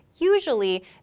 Usually